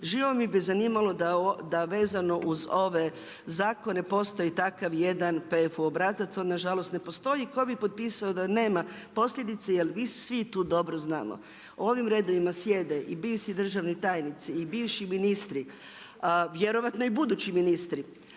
Živo bi me zanimalo da vezano uz ove zakone postoji takav jedan PFU obrazac. On nažalost ne postoji i ko bi potpisao da nema posljedice jer vi svi tu dobro znamo, u ovim redovima sjede i bivši državni tajnici, i bivši ministrici, vjerojatno i budući ministri